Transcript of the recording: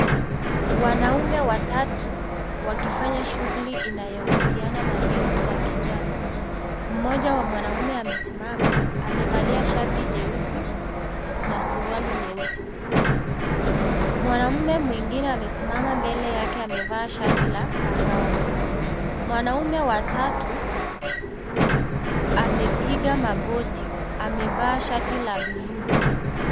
Wanaume watatu wakifanya shughuli inayohusiana na ndizi za kijani. Mmoja wa mwanamme amesimama amevalia shati jeusi na suruali nyeusi. Mwanamme mwingine amesimama mbele yake amevaa shati la kahawa . Mwanamme wa tatu amepiga magoti, amevaa shati la buluu.